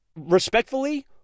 Respectfully